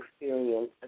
experience